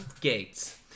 Gates